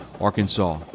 Arkansas